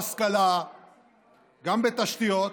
גם בהשכלה, גם בתשתיות,